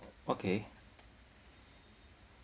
okay